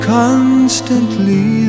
constantly